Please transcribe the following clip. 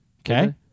Okay